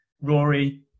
Rory